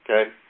Okay